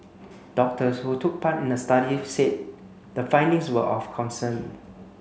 doctors who took part in the study said the findings were of concern